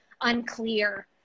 unclear